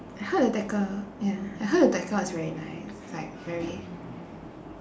I heard the decor ya I heard the decor is very nice it's like very